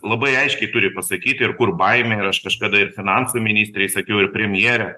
labai aiškiai turi pasakyti ir kur baimė ir aš kažkada ir finansų ministrei sakiau ir premjere